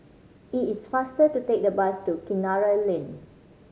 it is faster to take the bus to Kinara Lane